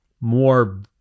more